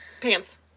Pants